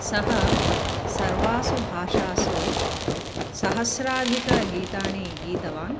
सः सर्वासु भाषासु सहस्राधिकगीतानि गीतवान्